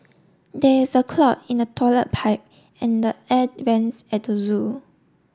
there is a clog in the toilet pipe and the air vents at the zoo